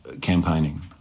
campaigning